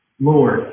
Lord